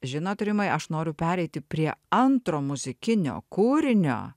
žinot rimai aš noriu pereiti prie antro muzikinio kūrinio